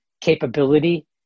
capability